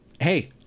hey